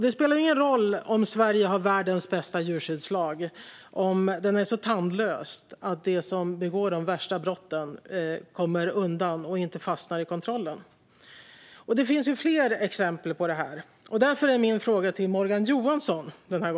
Det spelar ingen roll om Sverige har världens bästa djurskyddslag om den är så tandlös att de som begår de värsta brotten kommer undan och inte fastnar i kontrollen. Det finns fler exempel på detta. Därför ställer jag min fråga till Morgan Johansson.